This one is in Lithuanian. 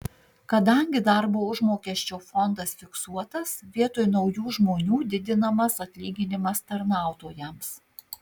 kadangi darbo užmokesčio fondas fiksuotas vietoj naujų žmonių didinamas atlyginimas tarnautojams